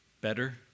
better